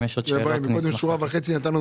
אם יש שאלות בבקשה.